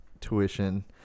tuition